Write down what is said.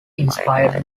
inspired